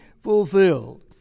fulfilled